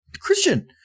Christian